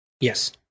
Yes